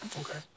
Okay